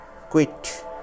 quit